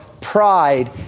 pride